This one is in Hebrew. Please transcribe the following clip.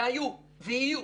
והיו ויהיו,